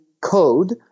code